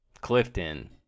Clifton